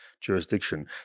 jurisdiction